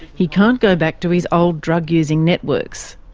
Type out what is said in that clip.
he can't go back to his old drug-using networks.